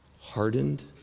hardened